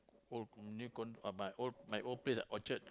old new condo my old place at Orchard